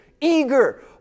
eager